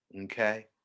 okay